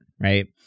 right